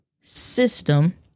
system